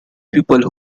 people